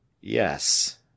Yes